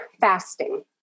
Fasting